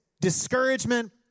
discouragement